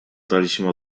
daliśmy